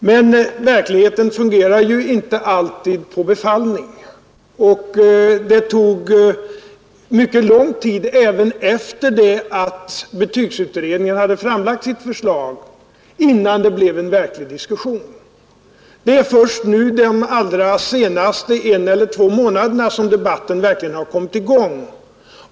Men verkligheten formar sig ju inte alltid på befallning, och det tog mycket lång tid även efter det att betygsutredningen hade framlagt sitt förslag innan någon verklig diskussion uppstod. Det är först under de senaste en å två månaderna som debatten verkligen kommit i gång.